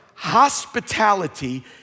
Hospitality